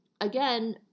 again